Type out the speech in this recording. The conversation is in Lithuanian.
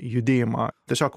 judėjimą tiesiog